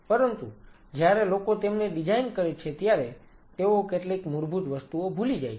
પરંતુ જ્યારે લોકો તેમને ડિઝાઈન કરે છે ત્યારે તેઓ કેટલીક મૂળભૂત વસ્તુઓ ભૂલી જાય છે